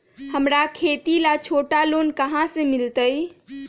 हमरा खेती ला छोटा लोने कहाँ से मिलतै?